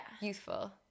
youthful